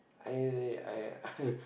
I I